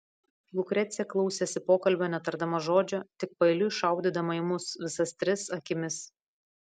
lukrecija klausėsi pokalbio netardama žodžio tik paeiliui šaudydama į mus visas tris akimis